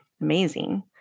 amazing